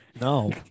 no